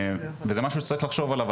וזה משהו שצריך לחשוב עליו,